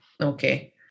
okay